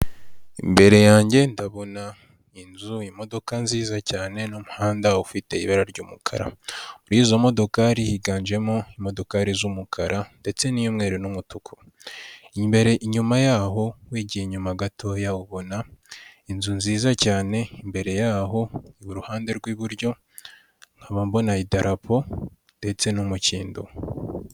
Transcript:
Imbere yanjye ndabona inzu imodoka nziza cyane n'umuhanda ufite ibara ry'umukara muri izo modoka yari higanjemo imodokari z'umukara ndetse n'imweru n'umutuku imbere inyuma yaho wigiye inyuma gatoya ubona inzu nziza cyane imbere yaho iruhande rw'iburyo nkaba mbona idarapo ndetse n'umukindo.